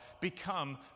become